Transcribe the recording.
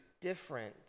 different